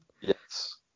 yes